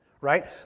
right